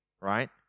right